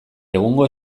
egungo